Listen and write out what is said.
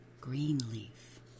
Greenleaf